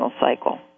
cycle